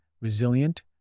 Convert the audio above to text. resilient